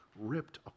ripped